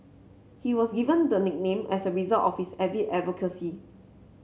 he was given the nickname as a result of his avid advocacy